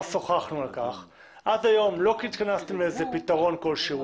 שוחחנו על כך ועד היום לא התכנסתם לפתרון כלשהי.